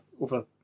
over